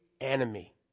enemy